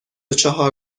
چهار